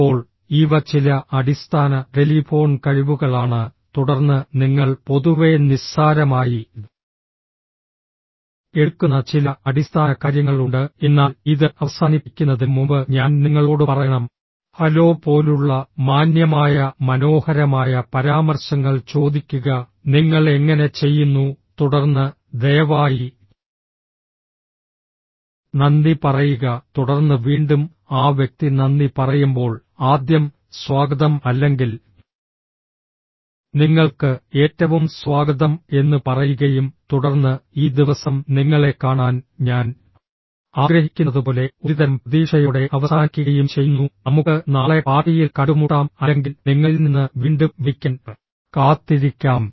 ഇപ്പോൾ ഇവ ചില അടിസ്ഥാന ടെലിഫോൺ കഴിവുകളാണ് തുടർന്ന് നിങ്ങൾ പൊതുവെ നിസ്സാരമായി എടുക്കുന്ന ചില അടിസ്ഥാന കാര്യങ്ങളുണ്ട് എന്നാൽ ഇത് അവസാനിപ്പിക്കുന്നതിന് മുമ്പ് ഞാൻ നിങ്ങളോട് പറയണം ഹലോ പോലുള്ള മാന്യമായ മനോഹരമായ പരാമർശങ്ങൾ ചോദിക്കുക നിങ്ങൾ എങ്ങനെ ചെയ്യുന്നു തുടർന്ന് ദയവായി നന്ദി പറയുക തുടർന്ന് വീണ്ടും ആ വ്യക്തി നന്ദി പറയുമ്പോൾ ആദ്യം സ്വാഗതം അല്ലെങ്കിൽ നിങ്ങൾക്ക് ഏറ്റവും സ്വാഗതം എന്ന് പറയുകയും തുടർന്ന് ഈ ദിവസം നിങ്ങളെ കാണാൻ ഞാൻ ആഗ്രഹിക്കുന്നതുപോലെ ഒരുതരം പ്രതീക്ഷയോടെ അവസാനിക്കുകയും ചെയ്യുന്നു നമുക്ക് നാളെ പാർട്ടിയിൽ കണ്ടുമുട്ടാം അല്ലെങ്കിൽ നിങ്ങളിൽ നിന്ന് വീണ്ടും വിളിക്കാൻ കാത്തിരിക്കാം